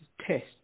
test